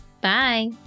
Bye